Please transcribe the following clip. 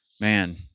man